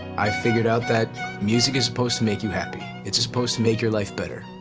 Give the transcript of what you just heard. i figured out that music is supposed to make you happy. it's supposed to make your life better.